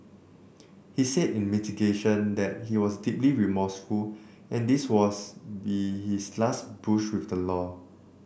he said in mitigation that he was deeply remorseful and this would was be his last brush with the law